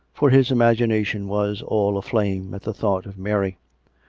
for his imagination was all aflame at the thought of mary.